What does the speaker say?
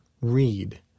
read